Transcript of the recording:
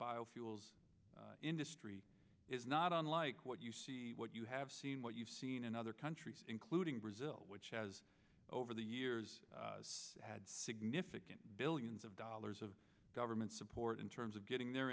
biofuels industry is not unlike what you see what you have seen what you've seen in other countries including brazil which has over the years had significant billions of dollars of government support in terms of getting their